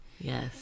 yes